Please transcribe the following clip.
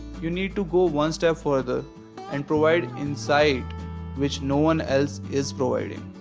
you need to go one step further and provide insight which no one else is providing.